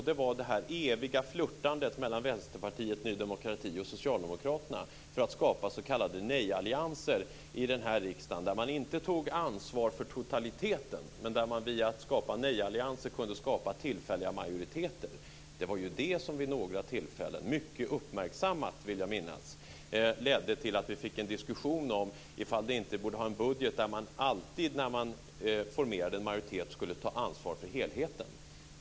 Det var det eviga flirtandet mellan Vänsterpartiet, Ny demokrati och Socialdemokraterna för att skapa s.k. nejallianser i riksdagen, där man inte tog ansvar för totaliteten, men där man via att skapa nej-allianser kunde skapa tillfälliga majoriteter. Det var det som vid några tillfällen - mycket uppmärksammat, vill jag minnas - ledde till att vi fick en diskussion om ifall vi inte borde ha en budget där man alltid när man formerade en majoritet skulle ta ansvar för helheten.